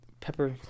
Pepper